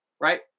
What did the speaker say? Right